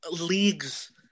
leagues